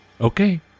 Okay